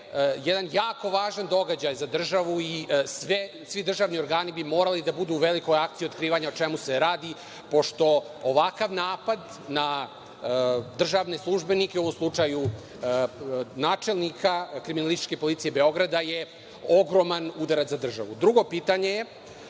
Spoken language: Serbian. jedan jako važan događaj za državu i svi državni organi bi morali da budu u velikoj akciji otkrivanja o čemu se radi, pošto ovakav napad na državne službenike, u ovom slučaju načelnika kriminalističke policije Beograda, je ogroman udarac za državu. **Saša